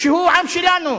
שהוא עם שלנו,